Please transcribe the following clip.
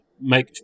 make